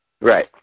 Right